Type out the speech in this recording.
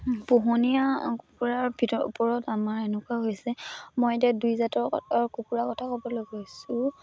পোহনীয়া কুকুৰাৰ ওপৰত আমাৰ এনেকুৱা হৈছে মই এতিয়া দুইজাতৰ কুকুৰাৰ কথা ক'বলৈ গৈছোঁ